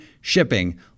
shipping